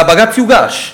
והבג"ץ יוגש,